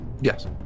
Yes